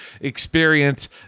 experience